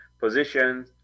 position